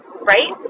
right